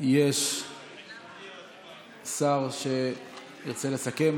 יש שר שירצה לסכם?